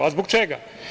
A zbog čega?